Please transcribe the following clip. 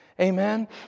Amen